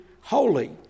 holy